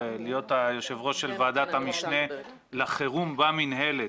להיות היושב-ראש של ועדת המשנה לחירום במינהלת,